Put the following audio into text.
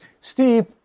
Steve